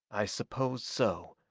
i suppose so,